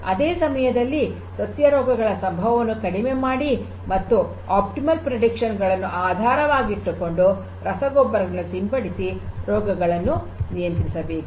ಅದೇ ಸಮಯದಲ್ಲಿ ಸಸ್ಯ ರೋಗಗಳ ಸಂಭವವನ್ನು ಕಡಿಮೆ ಮಾಡಿ ಮತ್ತು ಸೂಕ್ತ ಭವಿಷ್ಯವಾಣಿಗಳನ್ನು ಆಧಾರವಾಗಿಟ್ಟುಕೊಂಡು ರಸಗೊಬ್ಬರಗಳನ್ನು ಸಿಂಪಡಿಸಿ ರೋಗಗಳನ್ನು ನಿಯಂತ್ರಿಸಬೇಕು